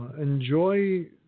Enjoy